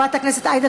חבר הכנסת אחמד טיבי,